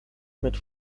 mit